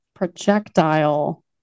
Projectile